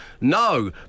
no